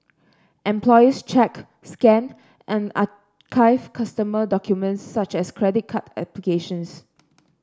employees check scan and archive customer documents such as credit card applications